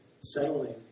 settling